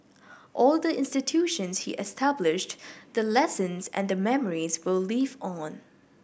all the institutions he established the lessons and the memories will live on